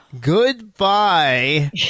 Goodbye